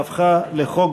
נתקבל.